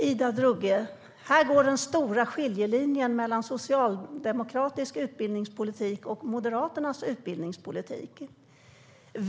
Herr talman! Här går den stora skiljelinjen mellan socialdemokratisk utbildningspolitik och moderat utbildningspolitik, Ida Drougge.